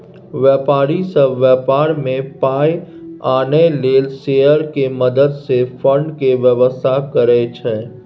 व्यापारी सब व्यापार में पाइ आनय लेल शेयर के मदद से फंड के व्यवस्था करइ छइ